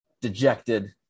dejected